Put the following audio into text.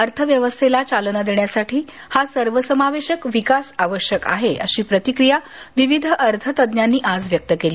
अर्थव्यवस्थेला चालना देण्यासाठी असा सर्वसमावेशक विकास आवश्यक आहे अशी प्रतिक्रिया विविध अर्थतज्ज्ञांनी आज व्यक्त केली